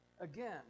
Again